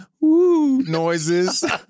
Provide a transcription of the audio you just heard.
noises